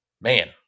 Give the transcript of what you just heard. man